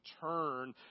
turn